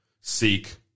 seek